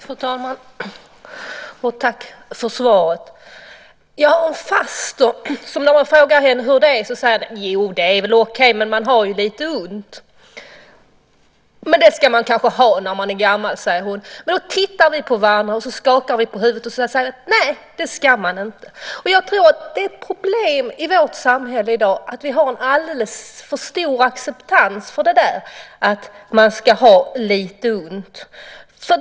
Fru talman! Tack för svaret! Jag har en faster som när man frågar henne hur det är säger: Jo, det är väl okej, men man har ju lite ont. Men det ska man kanske ha när man är gammal, säger hon. Men då tittar vi på varandra och så skakar vi på huvudet och säger: Nej, det ska man inte. Jag tror att det är ett problem i vårt samhälle i dag att vi har en alldeles för stor acceptans för att man ska ha lite ont.